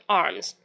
arms